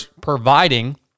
providing